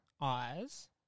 eyes